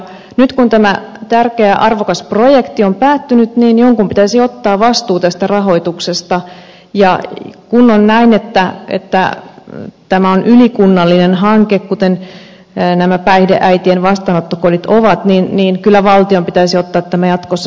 nyt kun tämä tärkeä arvokas projekti on päättynyt niin jonkun pitäisi ottaa vastuu tästä rahoituksesta ja kun on näin että tämä on ylikunnallinen hanke kuten nämä päihdeäitien vastaanottokodit ovat niin kyllä valtion pitäisi ottaa tämä jatkossa suojelukseensa